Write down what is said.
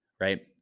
Right